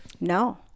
No